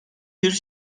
bir